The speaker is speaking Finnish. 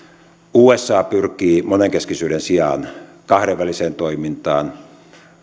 usa pyrkii monenkeskisyyden sijaan kahdenväliseen toimintaan